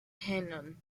henan